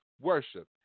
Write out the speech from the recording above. worship